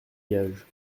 gages